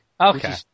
Okay